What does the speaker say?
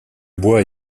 bois